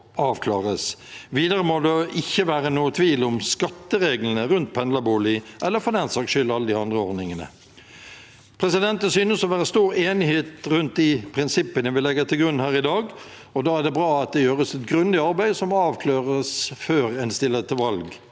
Videre må det ikke være noen tvil om skattereglene for pendlerbolig eller for den saks skyld alle de andre ordningene. Det synes å være stor enighet om de prinsippene vi legger til grunn her i dag, og da er det bra at det gjøres et grundig arbeid, som må avklares før en stiller til valg